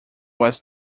was